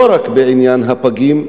לא רק את עניין הפגים,